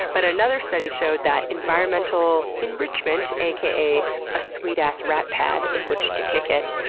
but another study showed that environmental enrichment, aka a sweet-ass rat pad in which to kick it,